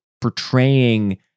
portraying